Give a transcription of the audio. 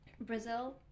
Brazil